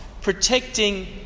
protecting